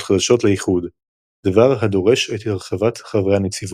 חדשות לאיחוד - דבר הדורש את הרחבת חברי הנציבות.